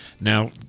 Now